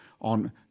on